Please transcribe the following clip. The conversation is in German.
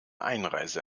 einreise